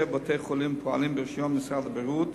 בבתי-חולים הפועלים ברשיון משרד הבריאות,